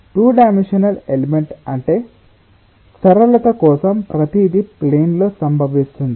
2 dimensional element అంటే సరళత కోసం ప్రతిదీ ప్లేన్ లో సంభవిస్తుంది